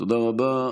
תודה רבה.